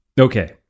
Okay